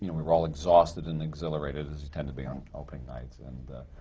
and we were all exhausted and exhilarated, as you tend to be on opening nights. and